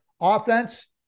Offense